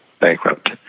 bankrupt